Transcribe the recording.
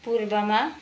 पूर्वमा